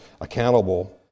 accountable